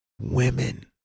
women